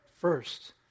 first